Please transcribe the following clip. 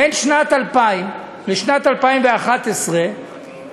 בין שנת 2000 לשנת 2011 התווספו